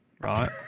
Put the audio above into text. right